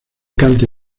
canta